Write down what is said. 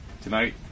Tonight